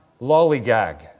lollygag